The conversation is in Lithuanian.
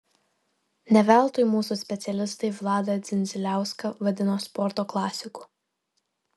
ne veltui mūsų specialistai vladą dzindziliauską vadino sporto klasiku